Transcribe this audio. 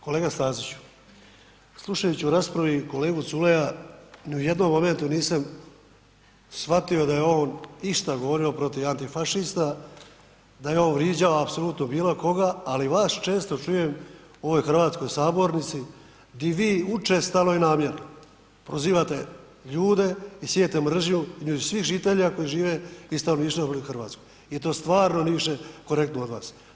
Kolega Staziću, slušajući u raspravi kolegu Culeja ni u jednom momentu nisam shvatio da je on išta govorio protiv antifašista, da je on vrijeđao apsolutno bilo koga, ali vas često čujem u ovoj hrvatskoj sabornici di vi učestalo i namjerno prozivate ljude i sijete mržnju između svih žitelja koji žive i … i to stvarno nije korektno od vas.